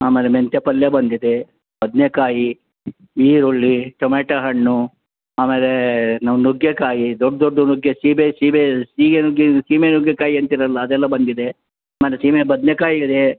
ಆಮೇಲೆ ಮೆಂತ್ಯ ಪಲ್ಯ ಬಂದಿದೆ ಬದನೆ ಕಾಯಿ ಈರುಳ್ಳಿ ಟೊಮ್ಯಾಟೊ ಹಣ್ಣು ಆಮೇಲೇ ನಾವು ನುಗ್ಗೆ ಕಾಯಿ ದೊಡ್ಡ ದೊಡ್ಡ ನುಗ್ಗೆ ಸೀಬೆ ಸೀಬೇ ಸೀಗೆ ನುಗ್ಗೆ ಸೀಮೆ ನುಗ್ಗೆ ಕಾಯಿ ಅಂತಿರಲ್ಲ ಅದೆಲ್ಲ ಬಂದಿದೆ ಮತ್ತೆ ಸೀಮೆ ಬದನೆ ಕಾಯಿ ಇದೆ